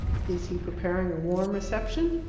is he preparing a warm reception?